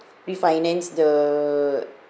refinance the